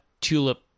tulip